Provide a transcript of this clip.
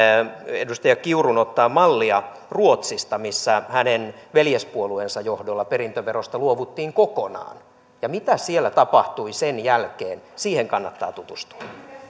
edustaja kiurun kannattaisi ottaa mallia ruotsista missä hänen veljespuolueensa johdolla perintöverosta luovuttiin kokonaan ja siihen mitä siellä tapahtui sen jälkeen kannattaa tutustua